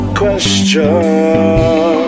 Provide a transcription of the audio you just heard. question